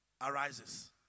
arises